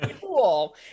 Cool